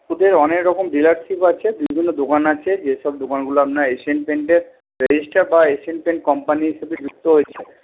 ওদের অনেক রকম ডিলারশিপ আছে বিভিন্ন দোকান আছে যেসব দোকানগুলো আপনার এশিয়ান পেন্টের রেজিস্টার বা এশিয়ান পেন্ট কোম্পানির সাথে যুক্ত হয়েছে